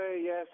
yes